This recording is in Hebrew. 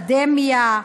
באקדמיה,